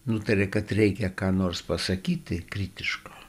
nutarė kad reikia ką nors pasakyti kritiško